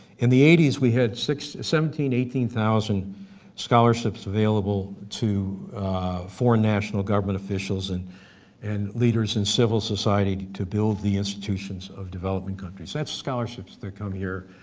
in the eighty s we had seventeen eighteen thousand scholarships available to foreign national government officials and and leaders and civil society to build the institutions of development countries, that's scholarships, they come here,